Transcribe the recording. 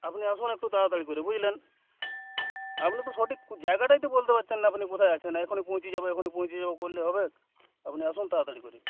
আপনি আসুন একটু তাড়াতাড়ি করে বুঝলেন আপনি তো সঠিক জায়গাটাই তো বলতে পারছেন না আপনি কোথায় আছেন এখনই পৌঁছে যাব এখনই পৌঁছে যাব করলে হবেক আপনি আসুন তাড়াতাড়ি করে